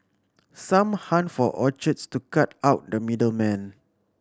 some hunt for orchards to cut out the middle man